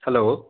hello